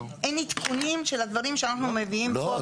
אין עדכונים של הדברים שאנחנו מביאים פה.